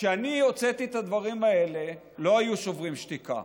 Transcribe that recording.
כשאני הוצאתי את הדברים האלה לא היו שוברים שתיקה.